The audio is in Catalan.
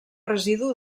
residu